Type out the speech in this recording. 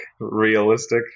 realistic